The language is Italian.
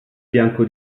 fianco